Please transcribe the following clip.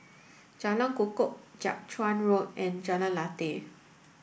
Jalan Kukoh Jiak Chuan Road and Jalan Lateh